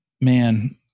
man